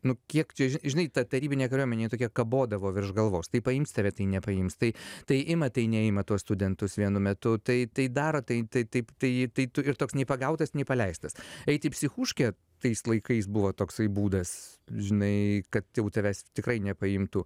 nu kiek čia ži žinai ta tarybinė kariuomenė jinai tokia kabodavo virš galvos tai paims tave tai nepaims tai tai ima tai neima tuos studentus vienu metu tai daro tai taip tai ji tai tu ir toks nei pagautas nei paleistas eit į psichūškę tais laikais buvo toksai būdas žinai kad jau tavęs tikrai nepaimtų